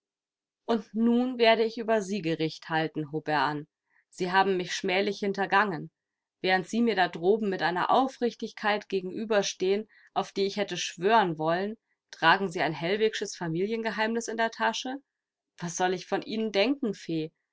und nun werde ich über sie gericht halten hob er an sie haben mich schmählich hintergangen während sie mir da droben mit einer aufrichtigkeit gegenüberstehen auf die ich hätte schwören wollen tragen sie ein hellwigsches familiengeheimnis in der tasche was soll ich von ihnen denken fee